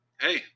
hey